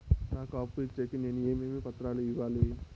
నాకు అప్పు ఇచ్చేకి నేను ఏమేమి పత్రాలు ఇవ్వాలి